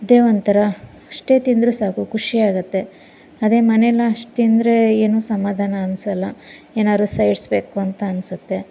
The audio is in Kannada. ಅದೇ ಒಂಥರ ಅಷ್ಟೇ ತಿಂದರೆ ಸಾಕು ಖುಷಿಯಾಗತ್ತೆ ಅದೇ ಮನೇಲ್ಲಿ ನಾವು ಅಷ್ಟು ತಿಂದ್ರೆ ಏನೂ ಸಮಾಧಾನ ಅನ್ಸೋಲ್ಲ ಏನಾದ್ರು ಸೈಡ್ಸ್ ಬೇಕು ಅಂತ ಅನ್ಸುತ್ತೆ